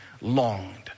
longed